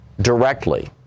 directly